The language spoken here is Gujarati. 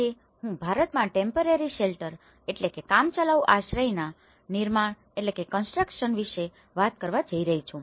આજે હું ભારતમાં ટેમ્પરરી શેલ્ટરtemporary shelterકામચલાઉ આશ્રયના નિર્માણ વિશે વાત કરવા જઇ રહ્યો છું